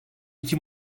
iki